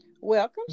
Welcome